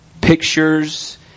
pictures